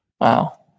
Wow